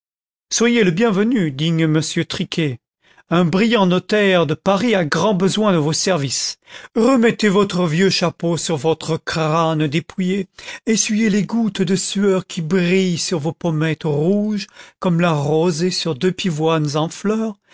soyez le bienvenu digne monsieur tri quetl un brillant notaire de paris a grand besoin de vos services remettez votre vieux chapeau sur votre crâne dépouillé essuyez les gouttes de sueur qui brillent sur vos pommettes rouges content from google book search generated at rosée sur deux pivoines en fleur